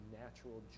natural